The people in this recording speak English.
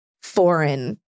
foreign